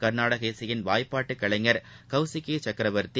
க்நாடாக இசையின் வாய்ப்பாட்டுகலைஞர் கௌசிகிசக்கரவாத்தி